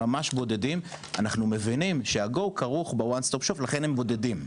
אנחנו מבינים שה-GO כרוך ב-ONE STOP SHOP לכן הם בודדים.